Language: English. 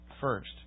first